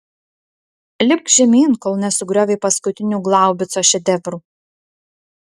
lipk žemyn kol nesugriovei paskutinių glaubico šedevrų